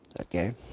okay